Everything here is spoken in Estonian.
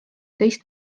teist